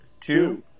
two